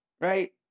right